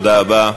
תודה רבה.